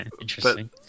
Interesting